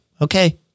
Okay